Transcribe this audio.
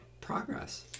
progress